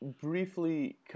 briefly